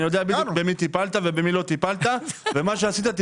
אני יודע בדיוק במי טיפלת ובמי לא טיפלת ומה שעשית,